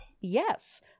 Yes